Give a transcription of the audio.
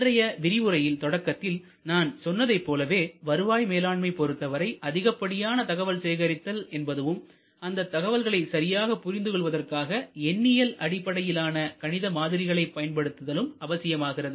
இன்றைய விரிவுரையில் தொடக்கத்தில் நான் சொன்னதைப் போலவே வருவாய் மேலாண்மை பொருத்தவரை அதிகப்படியான தகவல் சேகரித்தல் என்பதுவும் அந்த தகவல்களை சரியாக புரிந்து கொள்வதற்காக எண்ணியல் அடிப்படையிலான கணித மாதிரிகளைப் பயன்படுத்துதலும் அவசியமாகிறது